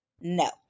No